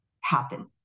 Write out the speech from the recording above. happen